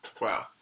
wow